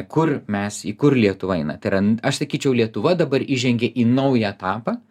kur mes į kur lietuva eina tai yra aš sakyčiau lietuva dabar įžengė į naują etapą